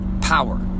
power